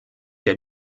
der